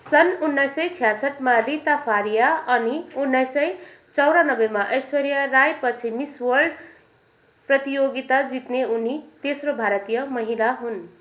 सन् उन्नाइस सय छ्यासठमा रिता फारिया अनि उन्नाइस सय चौरानब्बेमा ऐश्वर्या रायपछि मिस वर्ल्ड प्रतियोगिता जित्ने उनी तेस्रो भारतीय महिला हुन्